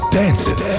dancing